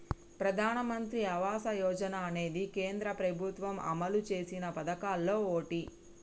ప్రధానమంత్రి ఆవాస యోజన అనేది కేంద్ర ప్రభుత్వం అమలు చేసిన పదకాల్లో ఓటి